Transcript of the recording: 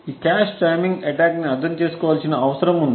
ఈ cache timing attack ని అర్థం చేసుకోవలసిన అవసరం ఉంది